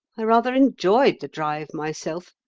i rather enjoyed the drive myself,